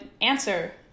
answer